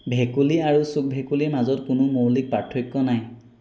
ভেকুলী আৰু চুক ভেকুলীৰ মাজত কোনো মৌলিক পাৰ্থক্য নাই